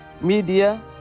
media